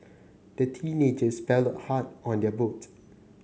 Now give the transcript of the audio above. the teenagers paddled hard on their boat